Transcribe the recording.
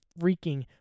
freaking